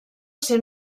ser